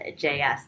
JS